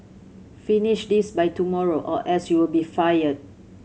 finish this by tomorrow or else you'll be fired